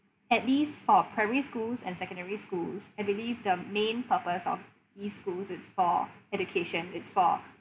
at least for primary schools and secondary schools I believe the main purpose of these schools it's for education it's for